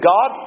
God